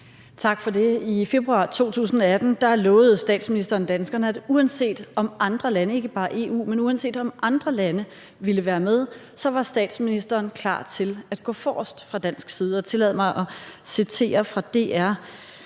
Tak for det. I februar 2018 lovede statsministeren danskerne, at uanset om andre lande, ikke bare EU-lande, men andre lande, ville være med, var statsministeren klar til at gå forrest fra dansk side.